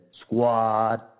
Squad